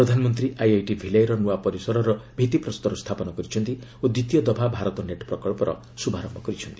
ପ୍ରଧାନମନ୍ତ୍ରୀ ଆଇଆଇଟି ଭିଲାଇର ନୂଆ ପରିସରର ଭିଭିପ୍ରସ୍ତର ସ୍ଥାପନ କରିଛନ୍ତି ଓ ଦ୍ୱିତୀୟ ଦଫା ଭାରତ ନେଟ ପ୍ରକଳ୍ପର ଶୁଭାରମ୍ଭ କରିଛନ୍ତି